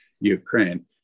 Ukraine